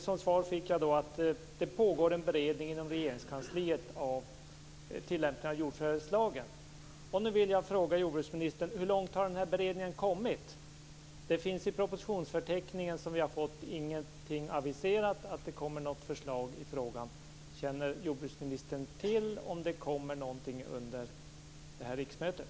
Som svar har jag fått att en beredning av tillämpningen av jordförvärvslagen pågår inom Regeringskansliet. Nu vill jag fråga jordbruksministern hur långt den här beredningen har kommit. I den propositionsförteckning som vi har fått finns det inte aviserat att det kommer något förslag i frågan. Känner jordbruksministern till om det kommer någonting under det här riksmötet?